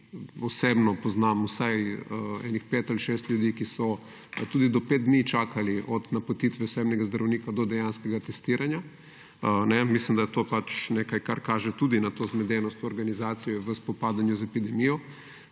Osebno poznam vsaj kakšnih pet ali šest ljudi, ki so tudi do pet dni čakali od napotitve osebnega zdravnika do dejanskega testiranja. Mislim, da je to nekaj, kar kaže tudi na to zmedenost organizacije v spopadanju z epidemijo.